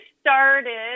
started